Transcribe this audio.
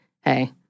hey